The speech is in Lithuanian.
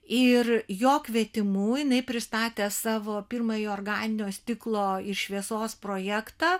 ir jo kvietimu jinai pristatė savo pirmąjį organinio stiklo ir šviesos projektą